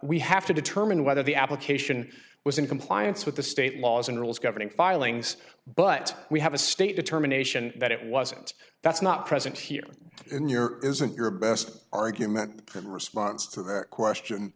we have to determine whether the application was in compliance with the state laws and rules governing filings but we have a state determination that it wasn't that's not present here in your isn't your best argument in response to a question